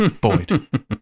Boyd